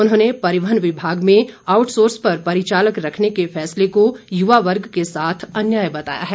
उन्होंने परिवहन विभाग में आउटसोर्स पर परिचालक रखने के फैसले को युवा वर्ग के साथ अन्याय बताया है